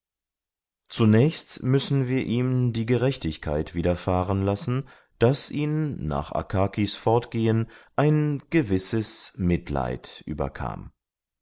zunächst müssen wir ihm die gerechtigkeit widerfahren lassen daß ihn nach akakis fortgehen ein gewisses mitleid überkam